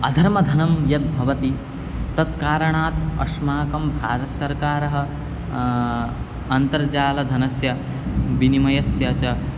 अधर्मधनं यद्भवति तत्कारणात् अस्माकं भारतसर्वकारः अन्तर्जालधनस्य विनिमयस्य च